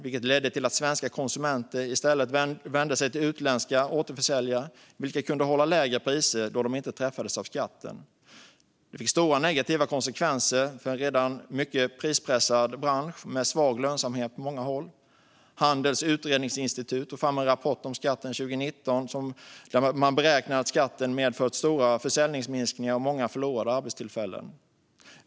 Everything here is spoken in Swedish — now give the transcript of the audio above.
Det ledde till att svenska konsumenter i stället vände sig till utländska återförsäljare, vilka kunde hålla lägre priser då de inte träffades av skatten. Detta fick stora negativa konsekvenser för en redan mycket prispressad bransch med svag lönsamhet på många håll. Handelns utredningsinstitut tog 2019 fram en rapport där man beräknade att skatten medfört stora försäljningsminskningar och många förlorade arbetstillfällen.